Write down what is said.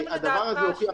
והדבר הזה הוכיח את עצמו.